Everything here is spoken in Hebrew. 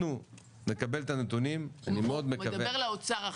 אנחנו נקבל את הנתונים, אני מאוד מקווה בקרוב,